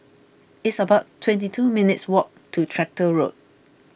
it's about twenty two minutes' walk to Tractor Road